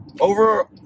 over